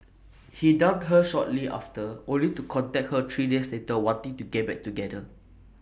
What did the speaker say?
he dumped her shortly after only to contact her three days later wanting to get back together